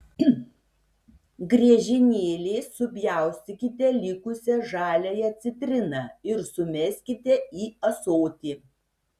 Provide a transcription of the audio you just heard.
griežinėliais supjaustykite likusią žaliąją citriną ir sumeskite į ąsotį